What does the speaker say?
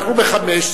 אנחנו בשעה 17:00,